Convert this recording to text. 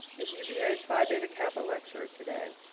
is uva's phi beta kappa lecture today,